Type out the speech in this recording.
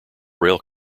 rail